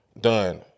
done